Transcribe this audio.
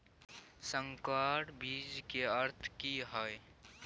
संकर बीज के अर्थ की हैय?